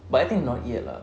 but I think not yet lah